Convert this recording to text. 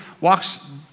walks